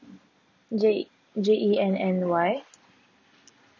J J E N N Y